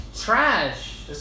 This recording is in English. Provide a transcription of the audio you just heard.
Trash